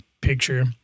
picture